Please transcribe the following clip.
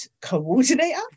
coordinator